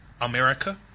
America